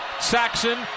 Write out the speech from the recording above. Saxon